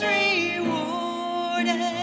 rewarded